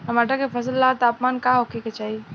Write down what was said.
टमाटर के फसल ला तापमान का होखे के चाही?